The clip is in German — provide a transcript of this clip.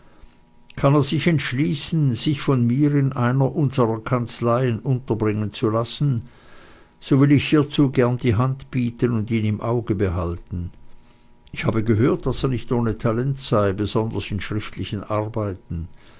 kann er sich entschließen sich von mir in einer unserer kanzleien unterbringen zu lassen so will ich hiezu gern die hand bieten und ihn im auge behalten ich habe gehört daß er nicht ohne talent sei besonders in schriftlichen arbeiten